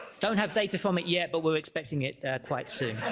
don't have data from it yet but we're expecting it quite soon